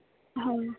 ಹೌದು